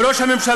אם ראש הממשלה,